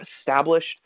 established